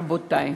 רבותי,